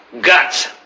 Guts